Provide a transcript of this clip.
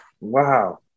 Wow